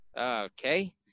Okay